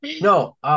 No